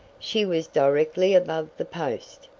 she was directly above the post!